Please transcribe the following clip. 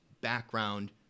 background